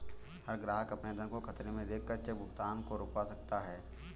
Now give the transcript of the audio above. हर ग्राहक अपने धन को खतरे में देख कर चेक भुगतान को रुकवा सकता है